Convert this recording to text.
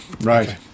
Right